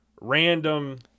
random